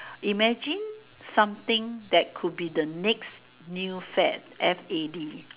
imagine something that could be the next new fad F A D